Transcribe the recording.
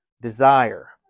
desire